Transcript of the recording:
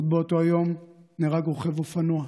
עוד באותו היום נהרג רוכב אופנוע,